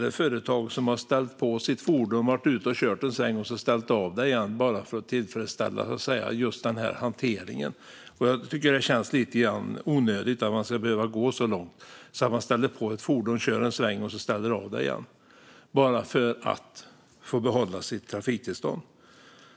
finns företag som ställt på sitt fordon, varit ute och kört en sväng, och sedan ställt av det igen bara för att tillfredsställa hanteringen. Det känns lite grann onödigt att man ska behöva gå så långt att man ställer på ett fordon, kör en sväng, och sedan ställer av det igen bara för att få behålla sitt trafiktillstånd.